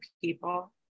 people